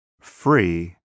free